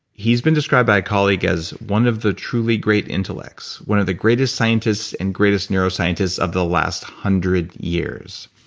he's been described by a colleague as one of the truly great intellects, one of the greatest scientists, and greatest neuroscientists of the last hundred years,